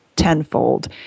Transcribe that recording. tenfold